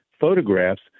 photographs